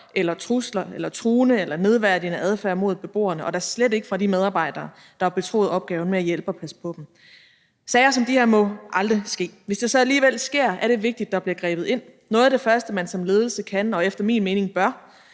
eller trusler eller truende eller nedværdigende adfærd over for beboerne og da slet ikke fra de medarbejdere, der er betroet opgaven med at hjælpe og passe på dem. Sager som de her må aldrig ske. Hvis de så alligevel sker, er det vigtigt, at der bliver grebet ind. Noget af det første, man som ledelse kan og efter min mening bør